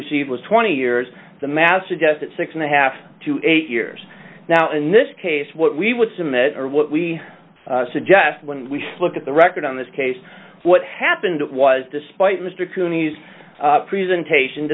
received was twenty years the master just six and a half to eight years now in this case what we would submit are what we suggest when we look at the record on this case what happened was despite mr toonies presentation